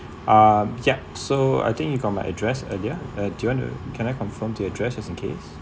um yup so I think you got my address earlier do you want to can I confirm the address just in case